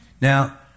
Now